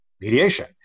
mediation